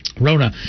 Rona